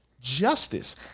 Justice